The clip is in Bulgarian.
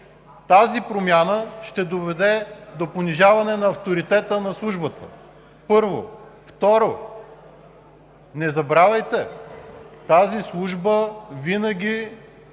Тази промяна ще доведе до понижаване на авторитета на Службата, първо. Второ, не забравяйте: в тази Служба винаги